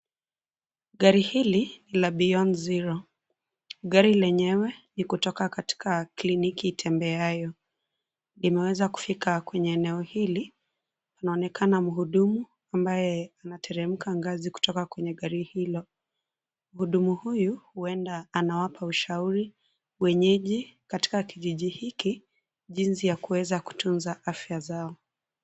Gari hili, ni la Beyond Zero , gari lenyewe, ni kutoka katika kliniki itembeayo, limeweza kufika kwenye eneo hili, panaonekana mhudumu, ambaye anateremka ngazi kutoka kwenye gari hilo, mhudumu huyu, huenda anawapa ushauri, wenyeji, katika kijiji hiki, jinsi yakuweza kutunza afya zao.